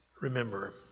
remember